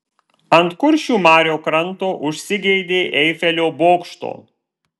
ant kuršių marių kranto užsigeidė eifelio bokšto